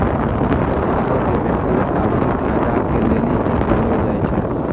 वित्त अपराधो के व्यक्तिगत आर्थिक फायदा के लेली ही करलो जाय छै